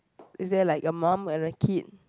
is there like a mum and a kid